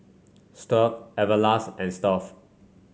Stuff'd Everlast and Stuff'd